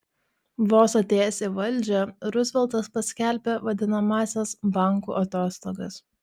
vos atėjęs į valdžią ruzveltas paskelbė vadinamąsias bankų atostogas